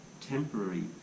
temporary